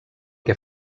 que